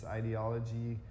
ideology